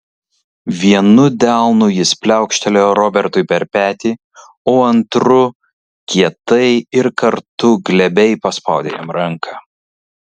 vienu delnu jis pliaukštelėjo robertui per petį o antru kietai ir kartu glebiai paspaudė jam ranką